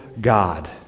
God